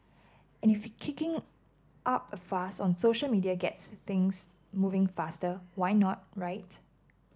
and if kicking up a fuss on social media gets things moving faster why not right